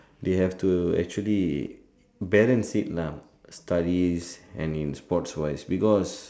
they have to actually balance it lah studies and in sports wise because